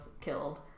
killed